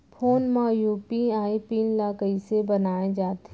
Phone म UPI pin ल कइसे बनाये जाथे?